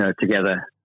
together